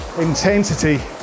intensity